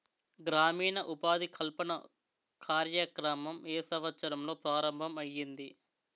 గ్రామీణ ఉపాధి కల్పన కార్యక్రమం ఏ సంవత్సరంలో ప్రారంభం ఐయ్యింది?